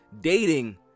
dating